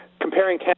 comparing